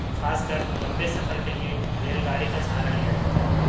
خاص کر لمبے سفر کے لئے ریل گاڑی کا سہارا لیا جاتا ہے